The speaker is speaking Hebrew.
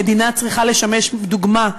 המדינה צריכה לשמש דוגמה.